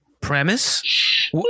premise